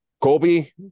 Colby